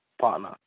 partner